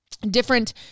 Different